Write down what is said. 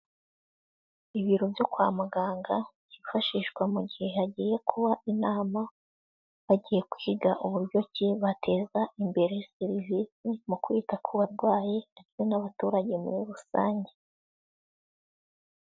Ibiro byo kwa muganga byifashishwa mu gihe hagiye kuba inama, bagiye kwiga uburyo ki bateza imbere serivisi mu kwita ku barwayi ndetse n'abaturage muri rusange.